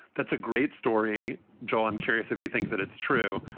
that's a great story. joel, i'm curious if you think that it's true,